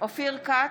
אופיר כץ,